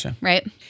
right